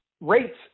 rates